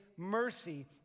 Mercy